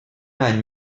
any